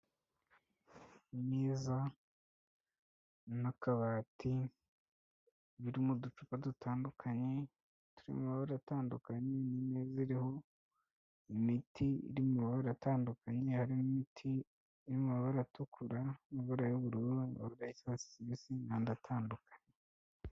Imeza, n'akabati, biri mu uducupa dutandukanye, turi mu mabara atandukanye, ni imeza iriho, imiti iri mu mabara atandukanye, harimo imiti iri mu mabara atukura, n' amabara y'ubururu isa kibisi, n' andi atandukanye.